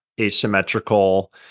asymmetrical